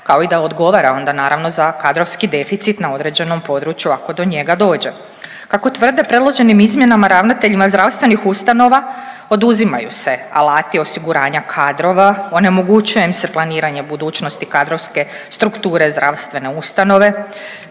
kao i da odgovora onda naravno za kadrovski deficit na određenom području ako do njega dođe. Kako tvrde predloženim izmjenama ravnateljima zdravstvenih ustanova oduzimaju se alati osiguranja kadrova, onemogućuje im se planiranje budućnosti kadrovske strukture zdravstvene ustanove,